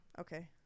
Okay